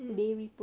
mm